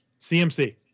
CMC